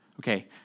Okay